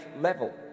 level